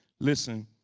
listen,